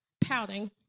pouting